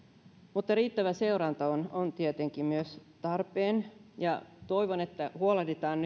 mutta riittävä seuranta on on tietenkin myös tarpeen toivon että huolehditaan